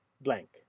blank